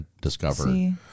discover